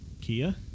Kia